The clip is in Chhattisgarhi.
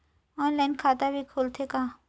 ऑनलाइन खाता भी खुलथे का?